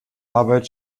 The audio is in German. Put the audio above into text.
arbeit